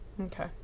okay